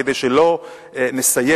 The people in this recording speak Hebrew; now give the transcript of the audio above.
כדי שלא נסיים,